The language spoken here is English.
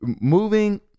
moving